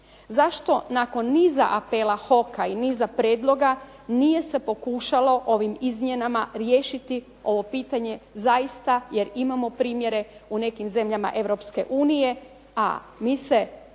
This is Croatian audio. Zašto nakon niza apela HOK-a i niza prijedloga nije se pokušalo ovim izmjenama riješiti ovo pitanje, jer zaista imamo primjere u nekim zemljama Europske unije,a mi se